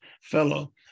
fellow